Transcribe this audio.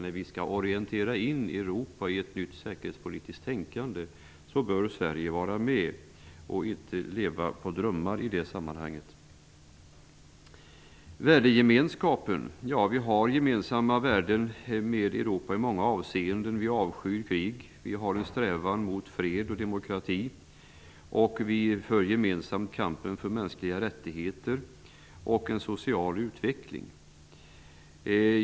När vi skall så att säga orientera in Europa i ett nytt säkerhetspolitiskt tänkande bör Sverige vara med och inte leva på drömmar i det sammanhanget. Så något om värdegemenskapen. Ja, vi har gemensamt med Europa värden i många avseenden: Vi avskyr krig. Vi har en strävan mot fred och demokrati, och vi för gemensamt kampen för mänskliga rättigheter och en social utveckling.